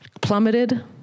plummeted